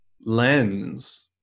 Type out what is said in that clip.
lens